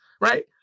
right